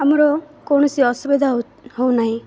ଆମର କୌଣସି ଅସୁବିଧା ହେଉନାହିଁ